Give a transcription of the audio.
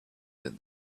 that